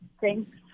Thanks